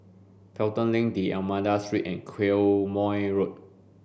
Pelton Link D'almeida Street and Quemoy Road